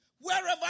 Wherever